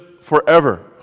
forever